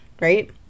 right